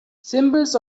symbols